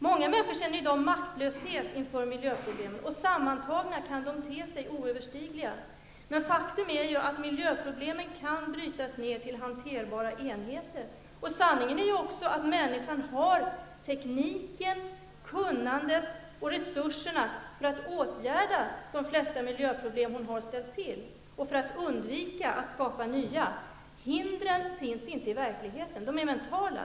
Många människor känner i dag maktlöshet inför miljöproblemen. Sammantagna kan de te sig oöverstigliga. Men faktum är att miljöproblemen kan brytas ned till hanterbara enheter. Sanningen är också att människan har tekniken, kunnandet och resurserna för att åtgärda de flesta miljöproblem som hon har ställt till och för att undvika att skapa nya. Hindren finns inte i verkligheten. De är mentala.